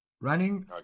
Running